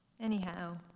anyhow